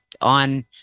on